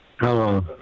Hello